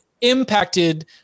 impacted